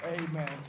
amen